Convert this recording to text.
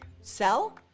sell